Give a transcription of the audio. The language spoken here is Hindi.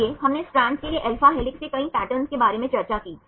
इसलिए हमने स्ट्रैंड के लिए alpha हेलिक्स के लिए कई पैटर्न के बारे में चर्चा की